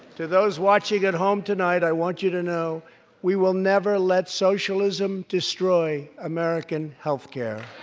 to those watching at home tonight, i want you to know we will never let socialism destroy american health care